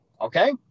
okay